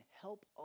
help